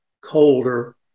colder